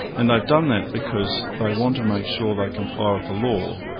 and they've done that because they want to make sure they comply with the law,